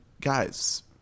Guys